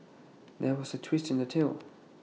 there was A twist in the tale